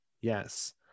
yes